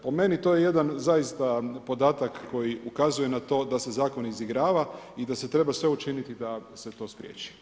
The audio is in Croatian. Po meni to je jedan zaista podatak koji ukazuje na to da se zakon izigrava i da se treba sve učiniti da se to spriječi.